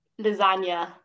Lasagna